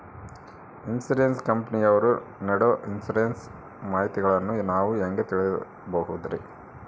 Insurance ಕಂಪನಿಯವರು ನೇಡೊ insurance ಮಾಹಿತಿಗಳನ್ನು ನಾವು ಹೆಂಗ ತಿಳಿಬಹುದ್ರಿ?